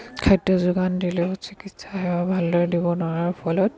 খাদ্য যোগান দিলেও চিকিৎসাসেৱা ভালদৰে দিব নোৱাৰাৰ ফলত